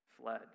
fled